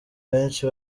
benshi